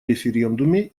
референдуме